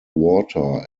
water